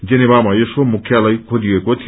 जेनेभामा यसको मुख्यालय खेलिएको थियो